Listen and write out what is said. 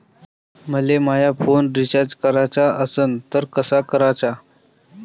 मले माया phone recharge कराचा असन तर कसा कराचा?